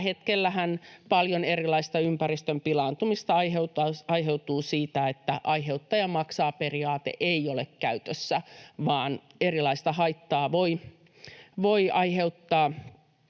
tällä hetkellähän paljon erilaista ympäristön pilaantumista aiheutuu siitä, että aiheuttaja maksaa ‑periaate ei ole käytössä vaan erilaista haittaa voi aiheuttaa